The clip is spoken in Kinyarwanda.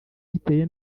giteye